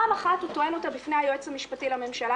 פעם אחת הוא טוען אותה בפני היועץ המשפטי לממשלה,